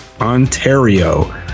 Ontario